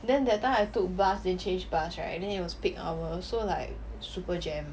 then that time I took bus interchange bus right and then it was peak hour so like super jam